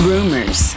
Rumors